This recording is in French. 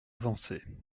avancer